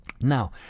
Now